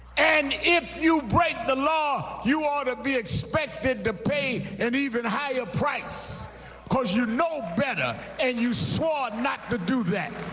and if you break the law, you ought to be expected to pay an and even higher price because you know better and you swore not to do that.